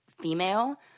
female